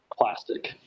plastic